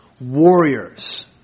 warriors